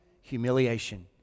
humiliation